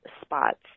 spots